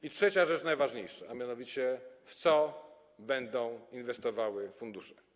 I trzecia rzecz, najważniejsza, a mianowicie w co będą inwestowały fundusze.